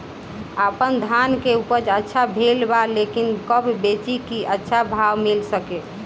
आपनधान के उपज अच्छा भेल बा लेकिन कब बेची कि अच्छा भाव मिल सके?